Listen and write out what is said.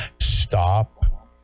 Stop